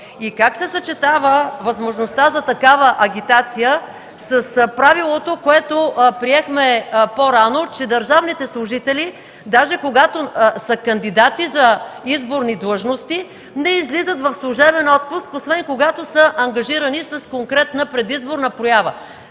Как се съчетава възможността за такава агитация с правилото, което приехме по-рано, че държавните служители даже, когато са кандидати за изборни длъжности, не излизат в служебен отпуск, освен когато са ангажирани с конкретна предизборна проява.